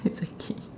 it's okay